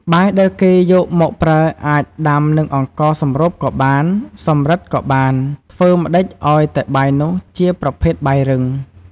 បាយដែលគេយកមកប្រើអាចដាំនឹងអង្ករសម្រូបក៏បាន សម្រិតក៏បាន ធ្វើម្តេចឲ្យតែបាយនោះជាប្រភេទបាយរឹង។